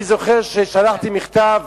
אני זוכר ששלחתי מכתב